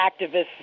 activists